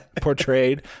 portrayed